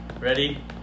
ready